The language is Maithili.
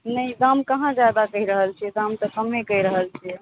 नहि दाम कहाँ जादा कहि रहल छियै दाम तऽ कम्मे कहि रहल छियै